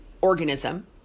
organism